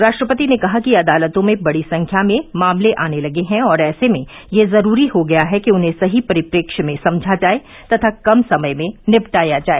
राष्ट्रपति ने कहा कि अदालतों में बडी संख्या में मामले आने लगे हैं और ऐसे में यह जरूरी हो गया है कि उन्हें सही परिप्रेक्ष्य में समझा जाए तथा कम समय में निपटाया जाए